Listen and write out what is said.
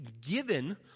given